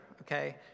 okay